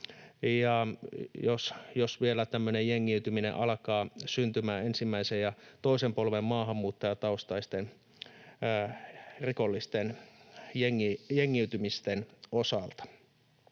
jos vielä tämmöinen jengiytyminen alkaa syntymään ensimmäisen ja toisen polven maahanmuuttajataustaisten rikollisten jengiytymisten osalta.